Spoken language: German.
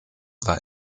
war